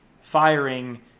firing